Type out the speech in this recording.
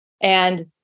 And-